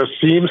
seems